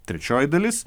trečioji dalis